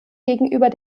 gegenüber